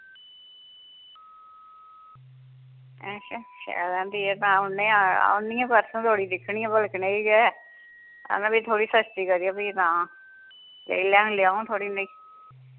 अच्छा शैल ऐ फ्ही तां औन्ने आं औन्नी आं औनी ऐ परसूं धोड़ी दिक्खनी आं भला कनेही ऐ हां ते फ्ही थोह्ड़ी सस्ती करेओ फ्ही तां लेई लैङ लेओङ थोह्ड़ी नेही